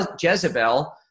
Jezebel